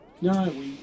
No